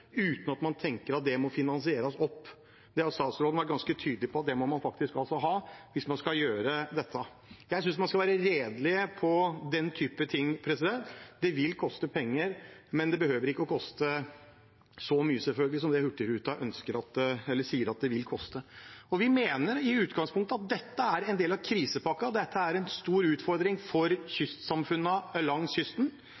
uten at man tenker at det må finansieres opp. Statsråden har vært ganske tydelig på at det må man faktisk ha, hvis man skal gjøre dette. Jeg synes man skal være redelig når det gjelder dette. Det vil koste penger, men det behøver selvfølgelig ikke koste så mye som Hurtigruten sier det vil koste. Vi mener i utgangspunktet at dette er en del av krisepakken. Dette er en stor utfordring for